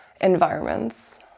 environments